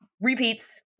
Repeats